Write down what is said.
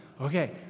Okay